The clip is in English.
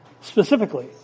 specifically